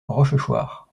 rochechouart